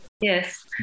yes